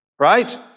right